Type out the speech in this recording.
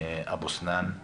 מאבו סנאן,